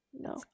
No